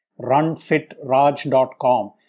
runfitraj.com